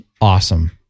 Awesome